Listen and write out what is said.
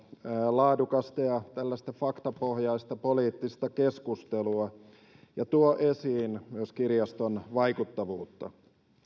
laadukasta ja faktapohjaista poliittista keskustelua ja tuo esiin myös kirjaston vaikuttavuutta